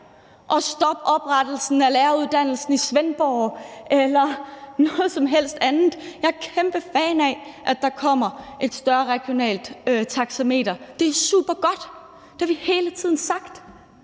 at stoppe oprettelsen af læreruddannelsen i Svendborg eller noget som helst andet. Jeg er kæmpe fan af, at der kommer et større regionalt taxameter – det er supergodt. Det har vi hele tiden sagt.